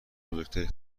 بزرگتری